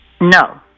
No